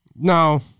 No